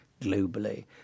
globally